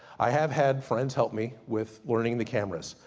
i have had friends help me with learning the cameras.